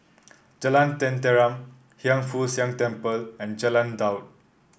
Jalan Tenteram Hiang Foo Siang Temple and Jalan Daud